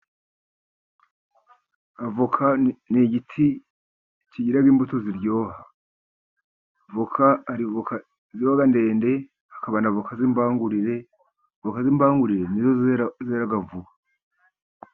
Avoka ni igiti kigira imbuto ziryoha voka hari voka ziba ndende hakaba n'avoka zimbangurire, voka zimbangurire nizo zera vuba.